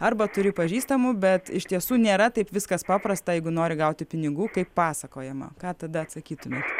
arba turi pažįstamų bet iš tiesų nėra taip viskas paprasta jeigu nori gauti pinigų kaip pasakojama ką tada atsakytumėt